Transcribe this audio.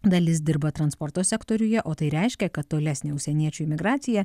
dalis dirba transporto sektoriuje o tai reiškia kad tolesnė užsieniečių imigracija